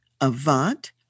Avant